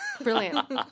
Brilliant